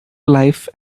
life